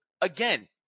again